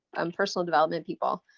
um personal development people.